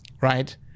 right